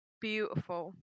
beautiful